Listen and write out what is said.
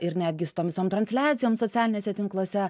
ir netgi su tom visom transliacijom socialiniuose tinkluose